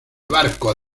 barco